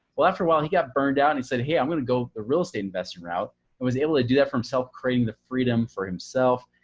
well, after a while he got burned out and he said, hey, i'm going to go the real estate investment route and was able to do that from self-creating the freedom for himself,